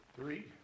Three